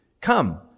Come